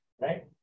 Right